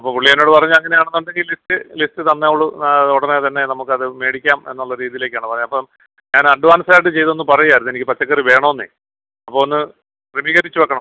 അപ്പം പുള്ളി എന്നോട് പറഞ്ഞ് അങ്ങനെയാണ് എന്നുണ്ടെങ്കിൽ ലിസ്റ്റ് ലിസ്റ്റ് തന്നോളു ഉടനെ തന്നെ നമുക്കത് മേടിക്കാം എന്നുള്ള രീതിയിലേക്കാണ് പോയത് അപ്പം ഞാൻ അഡ്വാൻസ് ആയിട്ട് ചെയ്തോ എന്ന് പറയുകയായിരുന്നു എനിക്ക് പച്ചക്കറി വേണം എന്നെ അപ്പം ഒന്ന് ക്രമീകരിച്ച് വെക്കണം